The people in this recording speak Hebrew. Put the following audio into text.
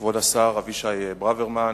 כבוד השר אבישי ברוורמן,